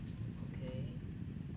okay